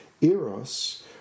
Eros